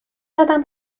زدم